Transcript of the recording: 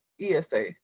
esa